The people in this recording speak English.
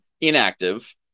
inactive